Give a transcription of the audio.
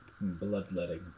bloodletting